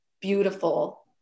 beautiful